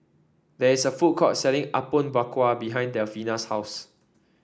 there is a food court selling Apom Berkuah behind Delfina's house